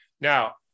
Now